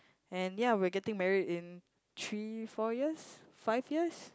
and ya we're getting married in three four years five years